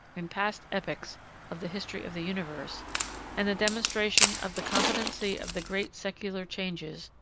in past epochs of the history of the universe and the demonstration of the competency of the great secular changes,